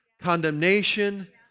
condemnation